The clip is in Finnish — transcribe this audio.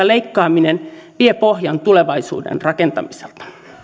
leikkaaminen vie pohjan tulevaisuuden rakentamiselta